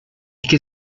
que